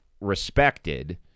respected